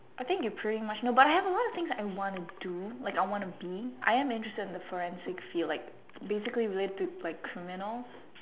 I think you pretty much know but I have a lot of things I wanna do like I wanna be I am interested in the forensics field like basically related to like criminals